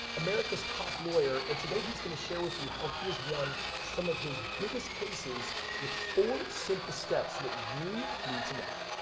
america's top lawyer. and today he's going to share with you how he has won some of his biggest cases with four simple steps that you need to know.